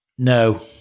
No